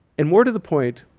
and more to the point,